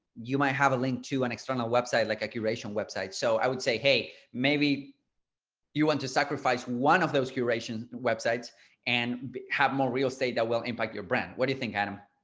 you might have a link to an external website like a curation website. so i would say hey, maybe you want to sacrifice one of those curation websites and have more real estate that will impact your brand. what do you think, adam?